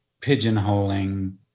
pigeonholing